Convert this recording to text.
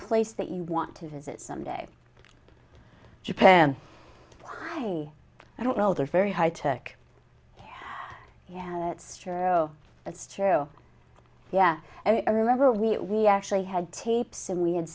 place that you want to visit someday japan i don't know they're very high tech yeah that's true that's true yeah i remember we actually had tapes and we had